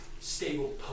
stable